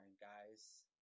guys